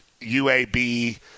UAB